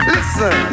Listen